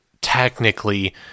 technically